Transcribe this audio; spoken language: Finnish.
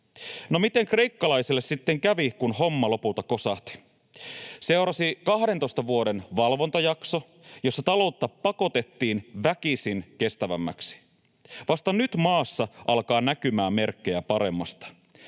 No, miten kreikkalaisille sitten kävi, kun homma lopulta kosahti? Seurasi 12 vuoden valvontajakso, jossa ta-loutta pakotettiin väkisin kestävämmäksi. Vasta nyt maassa alkaa näkymään merkkejä paremmasta.